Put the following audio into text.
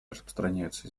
распространяются